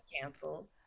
canceled